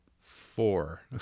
four